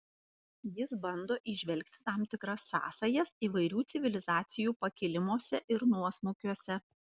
jis bando įžvelgti tam tikras sąsajas įvairių civilizacijų pakilimuose ir nuosmukiuose